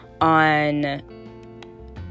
on